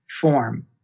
form